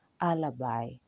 Alibi